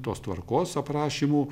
tos tvarkos aprašymų